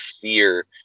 fear